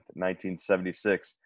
1976